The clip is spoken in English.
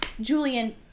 Julian